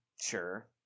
Sure